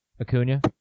Acuna